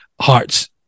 Hearts